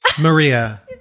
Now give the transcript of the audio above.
Maria